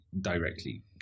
directly